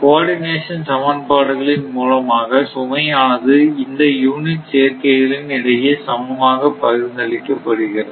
கோ ordination சமன்பாடுகளின் மூலமாக சுமையானது இந்த யூனிட் சேர்க்கைகளின் இடையே சமமாக பகிர்ந்து அளிக்கப்படுகிறது